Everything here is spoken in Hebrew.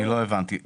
לא הבנתי.